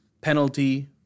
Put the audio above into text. penalty